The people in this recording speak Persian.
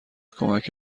کمک